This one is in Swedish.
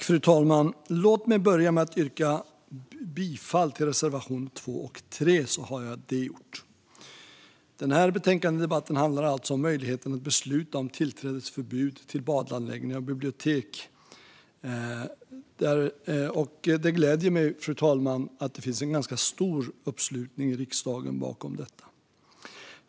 Fru talman! Låt mig börja med att yrka bifall till reservationerna 2 och 3, så har jag det gjort. Den här betänkandedebatten handlar alltså om möjligheten att besluta om tillträdesförbud till badanläggningar och bibliotek. Det gläder mig att det finns en ganska stor uppslutning bakom detta i riksdagen, fru talman.